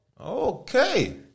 Okay